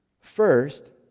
first